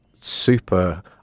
Super